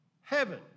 heaven